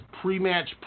pre-match